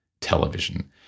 television